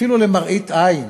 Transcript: אפילו למראית עין.